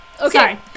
Okay